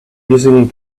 using